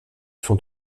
font